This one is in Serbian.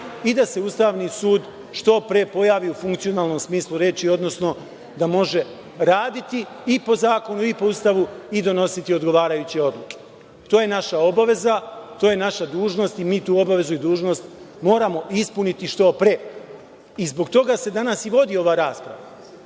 i da se Ustavni sud što pre pojavi u funkcionalnom smislu reči, odnosno da može raditi i po zakonu i po Ustavu i donositi odgovarajuće odluke. To je naša obaveza, to je naša dužnost i mi tu obavezu i dužnost moramo ispuniti što pre, i zbog toga se danas i vodi ova rasprava. Što